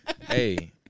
Hey